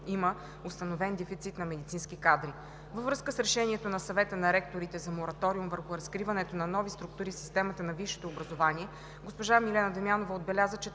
има установен дефицит на медицински кадри. Във връзка с решението на Съвета на ректорите за мораториум върху разкриването на нови структури в системата на висшето образование госпожа Милена Дамянова отбеляза,